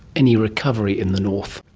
any recovery in the north?